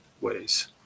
ways